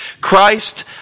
Christ